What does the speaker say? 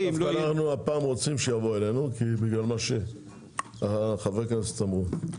אנו רוצים הפעם שיבואו אלינו בגלל מה שחברי הכנסת אמרו.